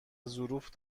ظروف